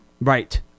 Right